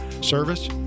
service